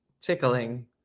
tickling